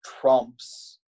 trumps